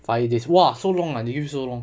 five days !wah! so long ah they give you so long